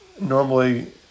normally